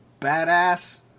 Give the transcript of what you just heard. badass